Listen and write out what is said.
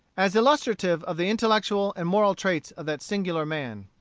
as illustrative of the intellectual and moral traits of that singular man.